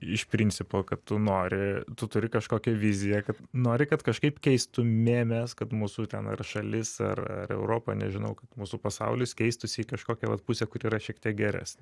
iš principo kad tu nori tu turi kažkokią viziją kad nori kad kažkaip keistumėmės kad mūsų ten ar šalis ar ar europa nežinau kad mūsų pasaulis keistųsi į kažkokią vat pusę kuri yra šiek tiek geresnė